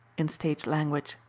in stage language,